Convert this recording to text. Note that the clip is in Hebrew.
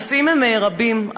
הנושאים הם רבים.